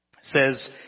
says